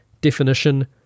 definition